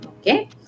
Okay